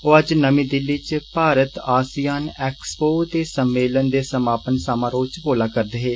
ओह अज्ज नमीं दिल्ली च भारत आषियान एक्सपो ते सम्मेलन दे समापन समारोह च बोला करदे हे